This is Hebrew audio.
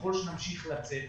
ככל שנמשיך לצאת,